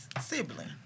sibling